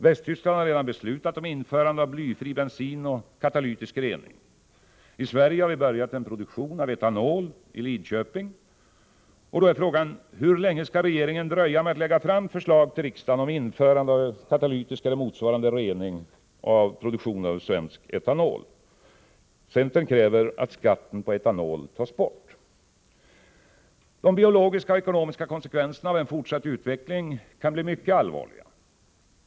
Västtyskland har redan beslutat om införande av blyfri bensin och katalytisk rening. I Sverige har vi börjat en produktion av etanol i Lidköping. Hur länge skall regeringen dröja med att lägga fram förslag till riksdagen om införande av katalytisk eller motsvarande rening samt produktion av svensk etanol? Centern kräver att skatten på etanol tas bort. De biologiska och ekonomiska konsekvenserna av en fortsatt utveckling kan bli mycket allvarliga.